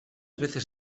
veces